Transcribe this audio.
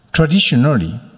Traditionally